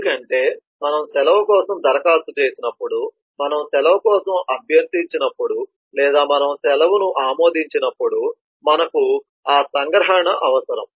ఎందుకంటే మనము సెలవు కోసం దరఖాస్తు చేసినప్పుడు మనము సెలవు కోసం అభ్యర్థించినప్పుడు లేదా మనము సెలవును ఆమోదించినప్పుడు మనకు ఆ సంగ్రహణ అవసరం